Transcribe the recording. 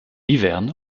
hiverne